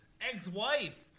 ex-wife